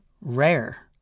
rare